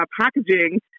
packaging